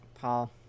Paul